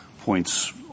points